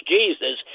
Jesus